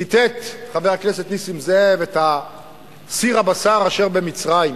ציטט חבר הכנסת נסים זאב את "סיר הבשר" אשר במצרים.